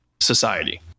society